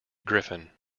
griffin